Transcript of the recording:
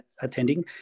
attending